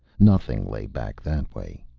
nothing lay back that way.